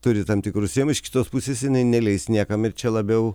turi tam tikrų sienų iš kitos pusės jinai neleis niekam ir čia labiau